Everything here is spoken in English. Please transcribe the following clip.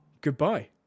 Goodbye